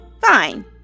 Fine